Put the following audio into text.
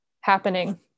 happening